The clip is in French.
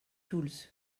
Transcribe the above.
tools